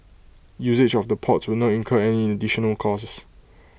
usage of the ports will not incur any additional cost